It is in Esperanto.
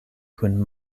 kun